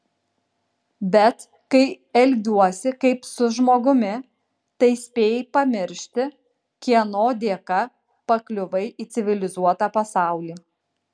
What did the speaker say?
bet kai elgiuosi kaip su žmogumi tai spėjai pamiršti kieno dėka pakliuvai į civilizuotą pasaulį